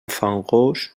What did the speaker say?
fangós